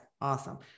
awesome